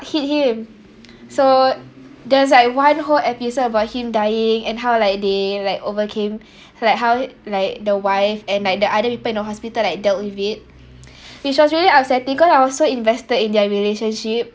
hit him so there's like one whole episode about him dying and how like they like overcame like how like the wife and like the other people in the hospital like dealt with it which was really upsetting because I was so invested in their relationship